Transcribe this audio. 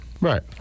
Right